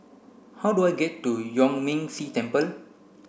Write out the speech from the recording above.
how do I get to Yuan Ming Si Temple